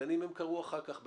בין אם קראו אחר כך,